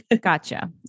Gotcha